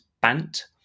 BANT